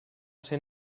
ser